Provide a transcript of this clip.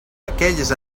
aquelles